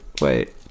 Wait